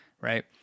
right